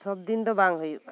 ᱥᱚᱵᱫᱤᱱ ᱫᱚ ᱵᱟᱝ ᱦᱩᱭᱩᱜᱼᱟ